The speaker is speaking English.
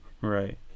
right